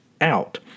out